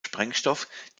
sprengstoff